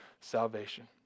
salvation